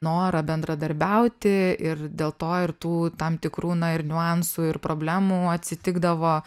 norą bendradarbiauti ir dėl to ir tų tam tikrų na ir niuansų ir problemų atsitikdavo